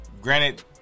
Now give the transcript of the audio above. Granted